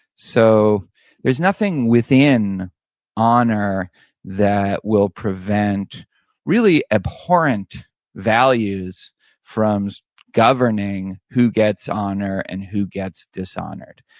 so there's nothing within honor that will prevent really abhorrent values from governing who gets honor, and who gets dishonored.